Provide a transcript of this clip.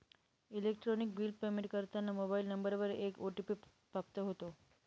electronic bill payment करताना mobile नंबरवर एक ओ.टी.पी प्राप्त होतो